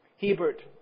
Hebert